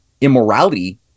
immorality